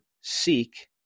Seek